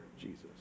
Jesus